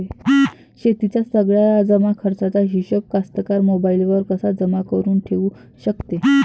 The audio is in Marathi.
शेतीच्या सगळ्या जमाखर्चाचा हिशोब कास्तकार मोबाईलवर कसा जमा करुन ठेऊ शकते?